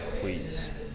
please